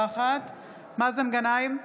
נוכחת מאזן גנאים,